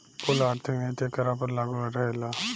कुल आर्थिक नीति एकरा पर लागू रहेला